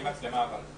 אני